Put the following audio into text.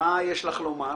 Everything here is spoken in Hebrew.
מה יש לך לומר?